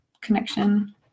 connection